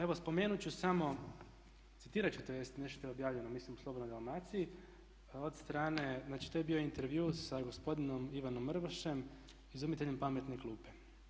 Evo spomenut ću samo, citirat ću tj. nešto je objavljeno mislim u Slobodnoj Dalmaciji od strane, znači to je bio intervju sa gospodinom Ivanom Mrvošem izumiteljem pametne klupe.